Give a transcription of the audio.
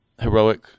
heroic